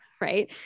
Right